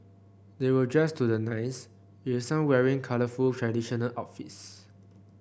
they were dressed to the nines with some wearing colourful traditional outfits